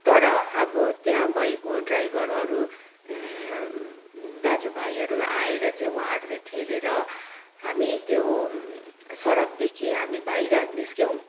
तर अब त्यहाँ भएको ड्राइभर अरू दाजु भाइहरू आएर चाहिँ उहाँहरूले ठेलेर हामी त्यो सडकदेखि हामी बाहिर निस्क्यौँ